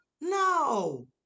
No